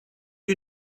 you